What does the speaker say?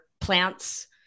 plants